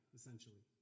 essentially